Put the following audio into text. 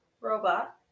Robot